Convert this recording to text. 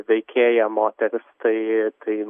veikėja moteris tai taip